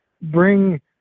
bring